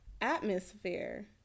atmosphere